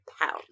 pounds